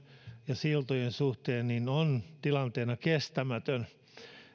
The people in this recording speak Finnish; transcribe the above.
ja siltojen suhteen tällä hetkellä on on tilanteena kestämätön